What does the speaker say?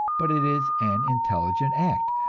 but it is an intelligent act,